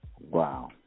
Wow